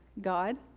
God